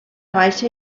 baixa